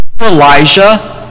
Elijah